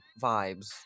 vibes